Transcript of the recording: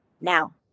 Now